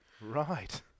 Right